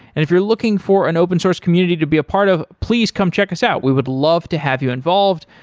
if you're looking for an open source community to be a part of, please come check us out. we would love to have you involved.